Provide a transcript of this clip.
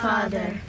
Father